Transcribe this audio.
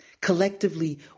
Collectively